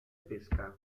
pesca